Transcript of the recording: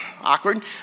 awkward